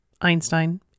Einstein